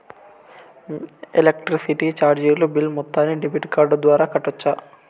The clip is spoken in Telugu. ఎలక్ట్రిసిటీ చార్జీలు బిల్ మొత్తాన్ని డెబిట్ కార్డు ద్వారా కట్టొచ్చా?